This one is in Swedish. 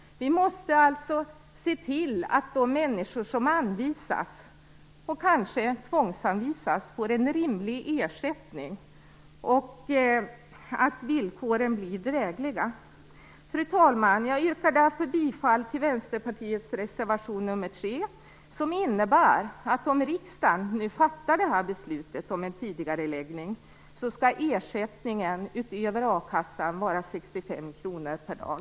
Vi måste alltså se till att de människor som anvisas, och kanske tvångsanvisas, får en rimlig ersättning. Villkoren måste bli drägliga. Fru talman! Jag yrkar därför bifall till Vänsterpartiets reservation nr 3. Den innebär att om riksdagen nu fattar det här beslutet om en tidigareläggning skall ersättningen utöver a-kassan vara 65 kr per dag.